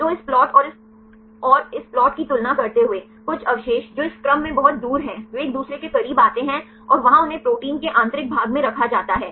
तो इस प्लाट और इस और इस प्लाट की तुलना करते हुए कुछ अवशेष जो इस क्रम में बहुत दूर हैं वे एक दूसरे के करीब आते हैं और वहां उन्हें प्रोटीन के आंतरिक भाग में रखा जाता है